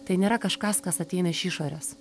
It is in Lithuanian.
tai nėra kažkas kas ateina iš išorės